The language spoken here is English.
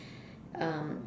um